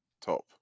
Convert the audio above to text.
top